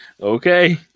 Okay